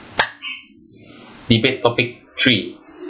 debate topic three